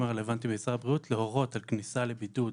הרלוונטיים במשרד הבריאות להורות על כניסה לבידוד